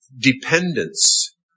dependence